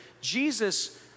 Jesus